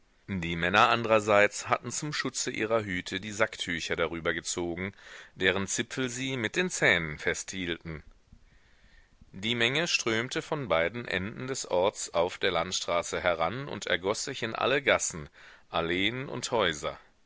die männer andrerseits hatten zum schutze ihrer hüte die sacktücher darüber gezogen deren zipfel sie mit den zähnen festhielten die menge strömte von beiden enden des orts auf der landstraße heran und ergoß sich in alle gassen alleen und häuser